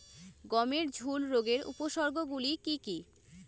গমের ঝুল রোগের উপসর্গগুলি কী কী?